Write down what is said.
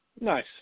Nice